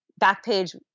Backpage